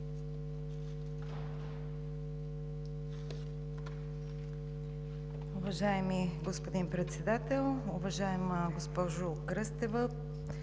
Уважаеми господин Председател, уважаема госпожо Кръстева!